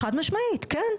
חד משמעית, כן.